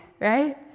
right